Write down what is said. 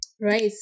right